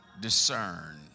discern